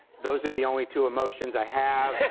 those are the only two emotions i have.